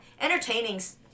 entertaining's